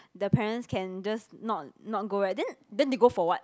the parents can just not not go right then then they go for what